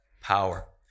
power